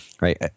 right